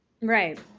Right